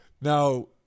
Now